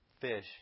fish